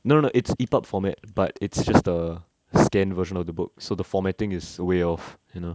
no no no it's E_pub format but it's just the scan version of the book so the formating is way of you know